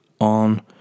On